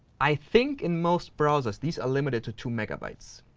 i think, in most browsers, these are limited to two megabytes.